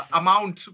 amount